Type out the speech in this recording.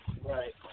Right